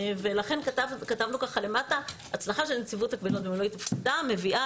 ולכן כתבנו למטה: הצלחה של נציבות הקבילות במילוי תפקידה מביאה